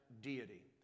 deity